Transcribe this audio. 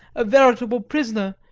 a veritable prisoner,